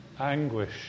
anguish